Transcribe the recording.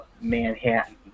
Manhattan